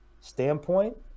standpoint